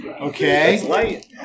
Okay